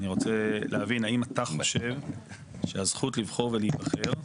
אני רוצה להבין האם אתה חושב שהזכות לבחור ולהיבחר,